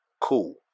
Cool